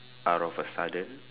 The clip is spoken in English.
out of a sudden